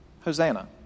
Hosanna